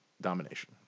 domination